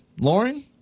Lauren